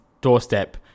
doorstep